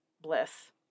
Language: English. bliss